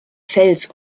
fels